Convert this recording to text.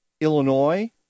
Illinois